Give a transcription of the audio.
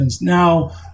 Now